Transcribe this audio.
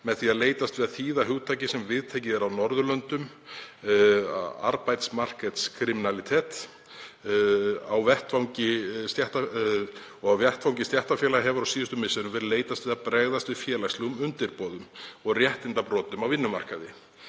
Með því er leitast við að þýða hugtak sem viðtekið er á Norðurlöndum (n. Arbeidsmarkedskriminalitet). Á vettvangi stéttarfélaga hefur á síðustu misserum verið leitast við að bregðast við félagslegum undirboðum og réttindabrotum á vinnumarkaði.